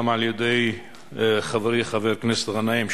גם על-ידי חברי חבר הכנסת גנאים,